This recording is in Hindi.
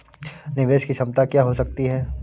निवेश की क्षमता क्या हो सकती है?